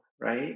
right